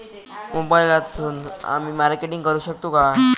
मोबाईलातसून आमी मार्केटिंग करूक शकतू काय?